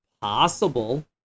possible